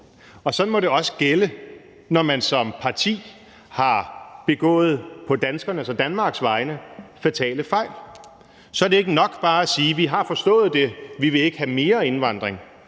Og sådan må det også gælde, når man som parti har begået, på danskerne og Danmarks vegne, fatale fejl. Så er det ikke nok bare at sige, at vi har forstået det, og at vi ikke vil have mere indvandring.